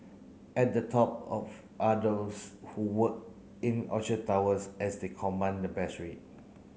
at the top of are those who work in Orchard Towers as they command the best rate